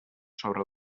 sobre